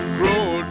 grow